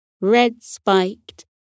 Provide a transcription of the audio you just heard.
red-spiked